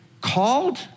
called